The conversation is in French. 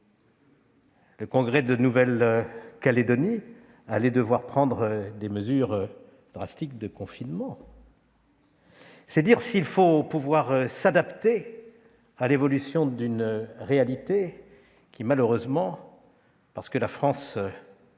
le Congrès de Nouvelle-Calédonie allait devoir prendre des mesures draconiennes de confinement. C'est dire s'il faut pouvoir s'adapter à l'évolution d'une réalité qui, malheureusement, parce que la France